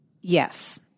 Yes